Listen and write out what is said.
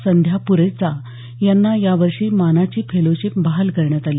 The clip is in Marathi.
संध्या प्रेचा यांना या वर्षी मानाची फेलोशिप बहाल करण्यात आली